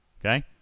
Okay